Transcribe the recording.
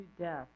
death